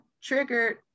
triggered